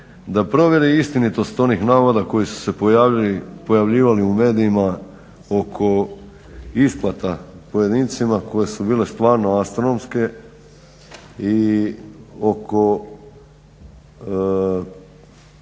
da provjeri istinitost onih navoda koji su se pojavljivali u medijima oko isplata pojedincima koje su bile stvarno astronomske i oko,